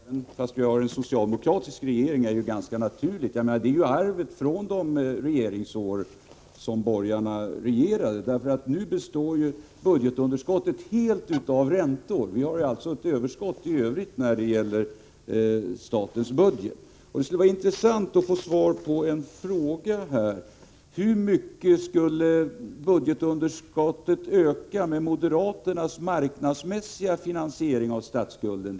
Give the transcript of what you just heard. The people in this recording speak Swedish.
Herr talman! Att statsskulden ökar även om vi har en socialdemokratisk regering är ganska naturligt — det är ju arvet från de år som ”borgarna” regerade. Nu består budgetunderskottet helt av räntor. I övrigt har vi alltså ett överskott när det gäller statens budget. Det skulle vara intressant att få svar på en fråga, nämligen: Hur mycket skulle budgetunderskottet öka med moderaternas ”marknadsmässiga finansiering av statsskulden”?